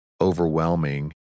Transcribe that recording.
overwhelming